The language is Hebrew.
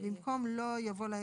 במקום לא,